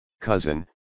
cousin